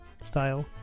style